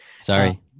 Sorry